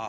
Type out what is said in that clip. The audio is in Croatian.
A